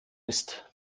ist